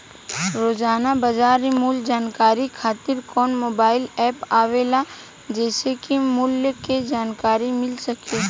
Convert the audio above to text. रोजाना बाजार मूल्य जानकारी खातीर कवन मोबाइल ऐप आवेला जेसे के मूल्य क जानकारी मिल सके?